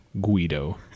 Guido